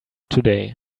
today